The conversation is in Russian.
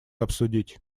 обсудить